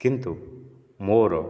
କିନ୍ତୁ ମୋର